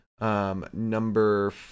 Number